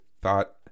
thought